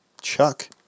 Chuck